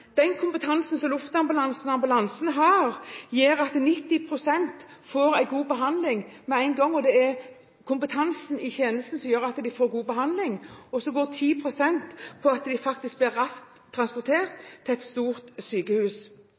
den kompetansen luftambulansen og ambulansen har, gjør at 90 pst. får en god behandling med en gang – og det er kompetansen i tjenesten som gjør at de får god behandling – og så handler 10 pst. om at de faktisk blir raskt transportert til et stort sykehus.